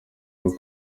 rwo